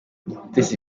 umutesi